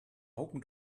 open